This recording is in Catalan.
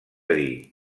dir